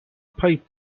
pipe